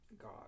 God